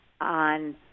on